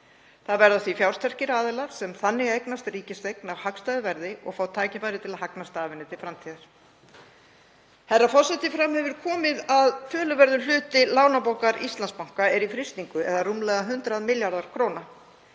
Það verða því fjársterkir aðilar sem eignast þannig ríkiseign á hagstæðu verði og fá tækifæri til að hagnast af henni til framtíðar. Herra forseti. Fram hefur komið að töluverður hluti lánabókar Íslandsbanka er í frystingu eða rúmlega 100 milljarðar kr.